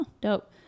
dope